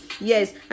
Yes